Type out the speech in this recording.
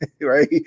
right